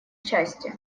части